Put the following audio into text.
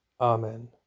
Amen